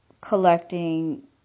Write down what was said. collecting